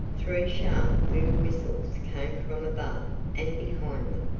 three sharp little whistles came from above and behind them,